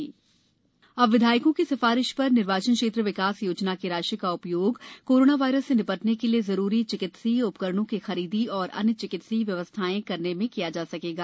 विधायक निधि कोरोना अब विधायकों की सिफारिश र निर्वाचन क्षेत्र विकास योजना की राशि का उ योग कोरोना वायरस से नि टने के लिये जरूरी चिकित्सकीय उ करणों की खरीदी एवं अन्य चिकित्सकीय व्यवस्थाएँ करने में किया जा सकेगा